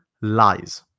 lies